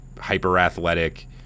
hyper-athletic